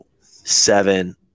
seven